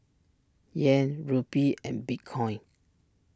Yen Rupee and Bitcoin